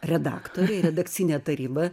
redaktoriai redakcinė taryba